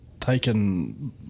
taken